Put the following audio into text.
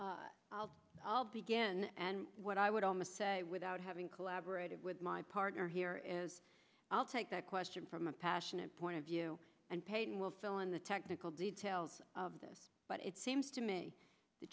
it i'll begin and what i would almost say without having collaborated with my partner here is i'll take that question from a passionate point of view and peyton will fill in the technical details of this but it seems to me the